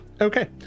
Okay